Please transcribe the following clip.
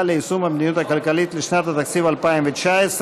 ליישום המדיניות הכלכלית לשנת התקציב 2019),